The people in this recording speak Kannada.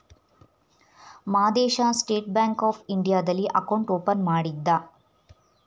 ಮಾದೇಶ ಸ್ಟೇಟ್ ಬ್ಯಾಂಕ್ ಆಫ್ ಇಂಡಿಯಾದಲ್ಲಿ ಅಕೌಂಟ್ ಓಪನ್ ಮಾಡಿದ್ದ